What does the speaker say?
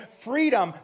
freedom